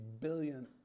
billion